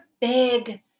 big